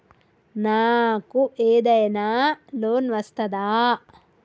నాకు ఏదైనా లోన్ వస్తదా?